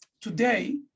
today